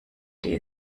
die